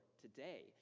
today